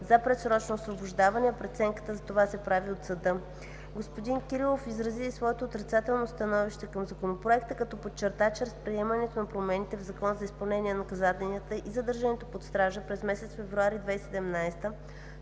за предсрочно освобождаване, а преценката за това се прави от съда. Господин Кирилов изрази своето отрицателно становище към Законопроекта, като подчерта, че с приемането на промените в Закона за изпълнение на наказанията и задържането под стража през месец февруари 2017 г.